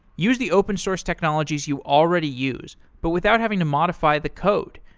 use the open source technologies you already use, but without having to modify the code,